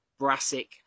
brassic